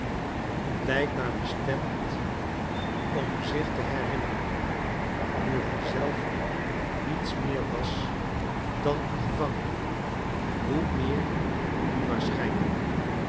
blijkbaar bestemd om zich te herinneren nu hij zelf niets meer was dan een gevangene hoe meer dan onwaarschijnlijk